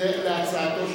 ההצעה להעביר